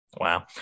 Wow